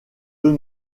eux